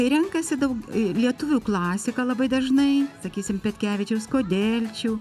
tai renkasi daug lietuvių klasiką labai dažnai sakysim petkevičiaus kodėlčių